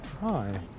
hi